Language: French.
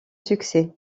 succès